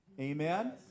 Amen